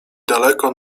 daleko